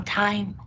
time